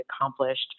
accomplished